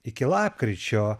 iki lapkričio